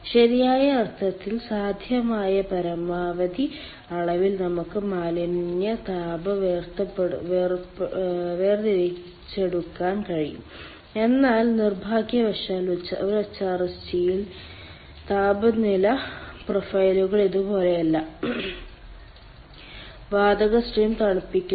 ശരിയായ അർത്ഥത്തിൽ സാധ്യമായ പരമാവധി അളവിൽ നമുക്ക് മാലിന്യ താപം വേർതിരിച്ചെടുക്കാൻ കഴിയും എന്നാൽ നിർഭാഗ്യവശാൽ ഒരു HRSG യിൽ താപനില പ്രൊഫൈലുകൾ ഇതുപോലെയല്ല വാതക സ്ട്രീം തണുപ്പിക്കുന്നു